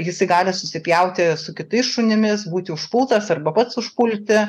jisai gali susipjauti su kitais šunimis būti užpultas arba pats užpulti